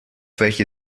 welche